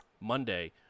Monday